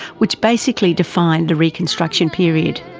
which basically defined a reconstruction period.